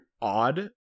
odd